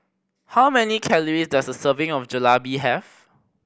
how many calories does a serving of Jalebi have